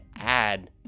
add